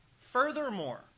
Furthermore